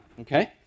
Okay